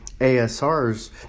ASRs